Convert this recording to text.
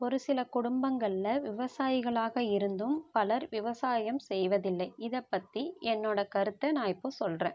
ஒரு சில குடும்பங்களில் விவசாயிகளாக இருந்தும் பலர் விவசாயம் செய்வதில்லை இதை பற்றி என்னோடய கருத்தை நான் இப்போது சொல்கிறேன்